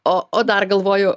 o o dar galvoju